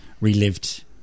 relived